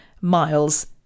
Miles